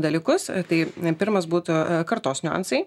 dalykus tai pirmas būtų kartos niuansai